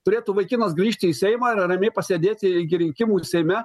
turėtų vaikinas grįžti į seimą ramiai pasėdėti iki rinkimų seime